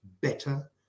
better